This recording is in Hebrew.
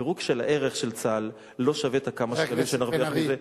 הפירוק של הערך של צה"ל לא שווה את הכמה-שקלים שנרוויח מזה.